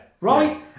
Right